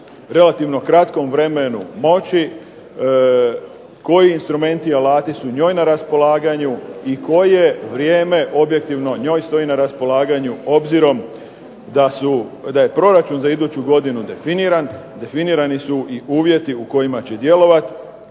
relativno kratkom vremenu moći, koji instrumenti i alati su njoj na raspolaganju i koje vrijeme objektivno njoj stoji na raspolaganju, obzirom da je proračun za iduću godinu definiran, definirani su i uvjeti u kojima će djelovati,